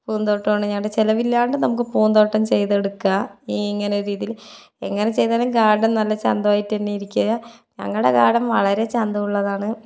പൂന്തോട്ടമാണ് ഞങ്ങളുടെ ചിലവില്ലാണ്ട് നമുക്ക് പൂന്തോട്ടം ചെയ്തെടുക്കാം ഇങ്ങനെ ഒരു രീതിയിൽ എങ്ങനെ ചെയ്താലും ഗാർഡൻ നല്ല ചന്തമായിട്ടു തന്നെ ഇരിക്കുക ഞങ്ങളുടെ ഗാർഡൻ വളരെ ചന്തമുള്ളതാണ്